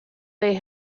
they